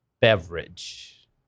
beverage